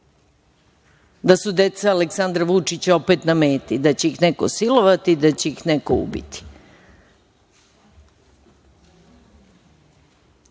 da su deca Aleksandra Vučića opet na meti, da će ih neko silovati, da će ih neko ubiti. Đorđe